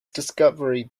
discovery